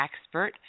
expert